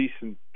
decent